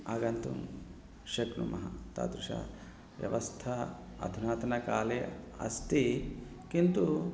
आगन्तुं शक्नुमः तादृशव्यवस्था अधुना अधुनाकाले अस्ति किन्तु